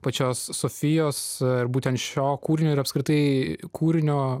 pačios sofijos būtent šio kūrinio ir apskritai kūrinio